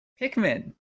pikmin